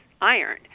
iron